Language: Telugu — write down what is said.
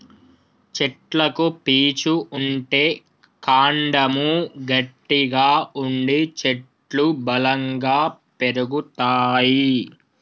చెట్లకు పీచు ఉంటే కాండము గట్టిగా ఉండి చెట్లు బలంగా పెరుగుతాయి